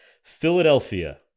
Philadelphia